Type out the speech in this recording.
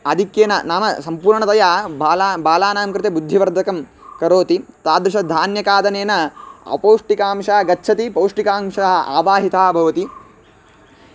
आधिक्येन नाम सम्पूर्णतया बालाः बालानां कृते बुद्धिवर्धकं करोति तादृशधान्यखादनेन अपौष्टिकांशः गच्छति पौष्टिकांशः आवाहितः भवति